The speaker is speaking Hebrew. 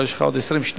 אבל יש לך עוד 20 שניות.